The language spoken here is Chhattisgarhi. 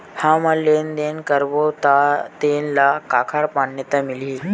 हमन लेन देन करबो त तेन ल काखर मान्यता मिलही?